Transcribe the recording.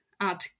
add